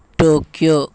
Tokyo